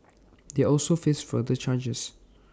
they also face further charges